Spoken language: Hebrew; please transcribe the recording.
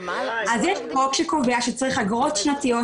יש חוק שקובע שצריך אגרות שנתיות,